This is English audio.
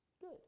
Good